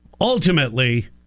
ultimately